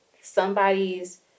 somebody's